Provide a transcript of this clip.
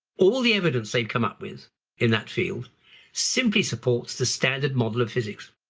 all the evidence they've come up with in that field simply supports the standard model of physics.